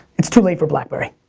it's too late for blackberry.